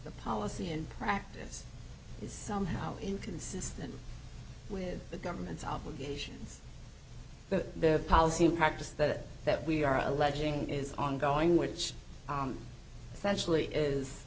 the policy in practice is somehow inconsistent with the government's obligations to the policy practice that that we are alleging is ongoing which essentially is